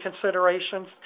considerations